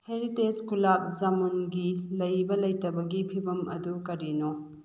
heritage ꯒꯨꯂꯥꯞ ꯖꯥꯃꯨꯟꯒꯤ ꯂꯩꯕ ꯂꯩꯇꯕꯒꯤ ꯐꯤꯕꯝ ꯑꯗꯨ ꯀꯔꯤꯅꯣ